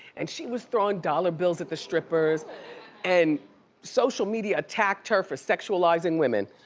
and she was throwin' dollar bills at the strippers and social media attacked her for sexualizing women.